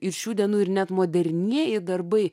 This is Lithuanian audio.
ir šių dienų ir net modernieji darbai